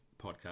podcast